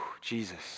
Jesus